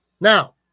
now